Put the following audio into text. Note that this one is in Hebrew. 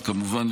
וכמובן,